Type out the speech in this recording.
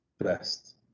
best